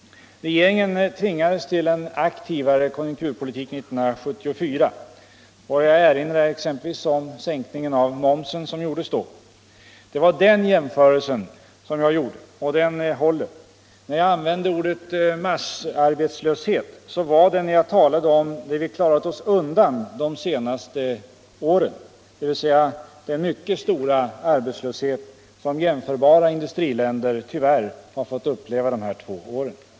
Regeringen tvingades till en aktivare konjunkturpolitik 1974. Jag erinrar om den sänkning av momsen som genomfördes då. Det var den jämförelsen jag gjorde, och den håller. Ordet massarbetslöshet använde jag när jag talade om det vi klarat oss undan de senaste åren, dvs. den mycket stora arbetslöshet som jämförbara industriländer tyvärr har fått uppleva under dessa två år.